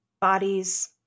bodies